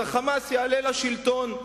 ה"חמאס" יעלה לשלטון.